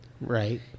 Right